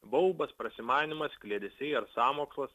baubas prasimanymas kliedesiai ar sąmokslas